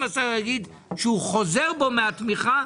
אם השר יגיד שהוא חוזר בו מהתמיכה,